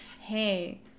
hey